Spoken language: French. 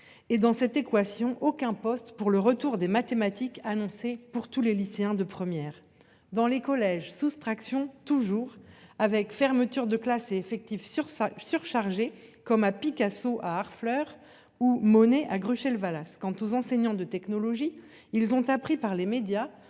Et dans cette équation aucun poste pour le retour des mathématiques annoncé pour tous les lycéens de première. Dans les collèges soustraction toujours avec fermeture de classe et effectif sur sa surchargé comme à Picasso à Harfleur ou Monet à gruger le Valace quant aux enseignants de technologie ils ont appris par les médias,